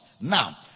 Now